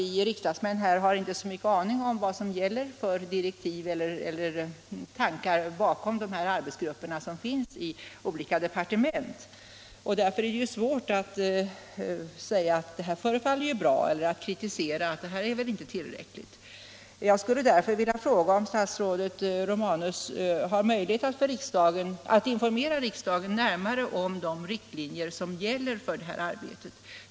Vi I riksdagsmän har ju inte någon större aning om vad det ligger för direktiv Om tillämpningen eller tankar bakom de arbetsgrupper som finns inom olika departement, av bestämmelserna och därför är det svårt både att berömma — ”det här förefaller bra” — om kriminalvård i och att kritisera — ”det här är ju inte tillräckligt”. Jag skulle därför vilja — anstalt fråga om statsrådet Romanus har möjlighet att informera riksdagen när mare om de riktlinjer som gäller för gruppens arbete.